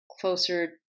closer